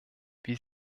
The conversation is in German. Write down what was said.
wie